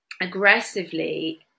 aggressively